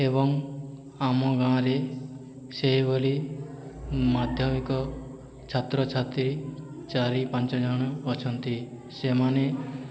ଏବଂ ଆମ ଗାଁ ରେ ସେହିଭଳି ମାଧ୍ୟମିକ ଛାତ୍ରଛାତ୍ରୀ ଚାରି ପାଞ୍ଚଜଣ ଅଛନ୍ତି ସେମାନେ